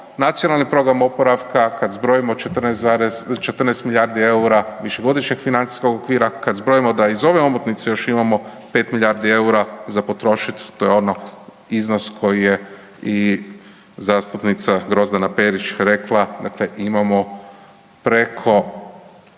nacionalni program oporavka, kad zbrojimo 14 milijardi EUR-a višegodišnjeg financijskog okvira, kad zbrojimo da iz ove omotnice još imamo 5 milijardi EUR-a za potrošit, to je ono iznos koji je i zastupnica Grozdana Perić rekla, dakle imamo preko